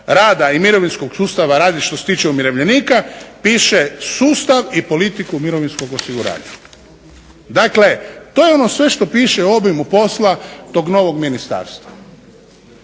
rada i mirovinskog sustava što se tiče umirovljenika piše sustav i politiku mirovinskog osiguranja. Dakle, to je ono sve što piše u obimu posla tog novog ministarstva.